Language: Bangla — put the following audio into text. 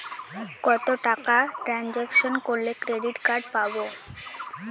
কত টাকা ট্রানজেকশন করলে ক্রেডিট কার্ড পাবো?